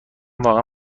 واقعا